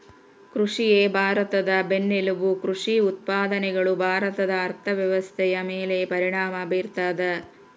ಕೃಷಿಯೇ ಭಾರತದ ಬೆನ್ನೆಲುಬು ಕೃಷಿ ಉತ್ಪಾದನೆಗಳು ಭಾರತದ ಅರ್ಥವ್ಯವಸ್ಥೆಯ ಮೇಲೆ ಪರಿಣಾಮ ಬೀರ್ತದ